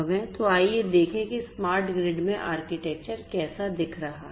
तो आइए देखें कि स्मार्ट ग्रिड में आर्किटेक्चर कैसा दिख रहा है